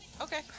Okay